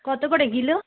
কত করে কিলো